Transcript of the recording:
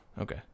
Okay